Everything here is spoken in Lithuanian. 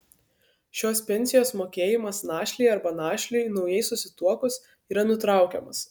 šios pensijos mokėjimas našlei arba našliui naujai susituokus yra nutraukiamas